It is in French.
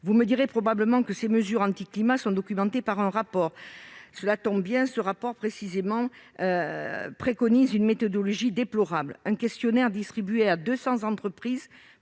Vous me direz probablement que ces mesures anti-climat sont documentées par un rapport ; cela tombe bien. Ce rapport repose sur une méthodologie déplorable : un questionnaire distribué à 200 entreprises